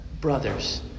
Brothers